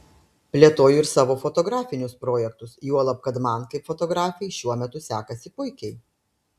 plėtoju ir savo fotografinius projektus juolab kad man kaip fotografei šiuo metu sekasi puikiai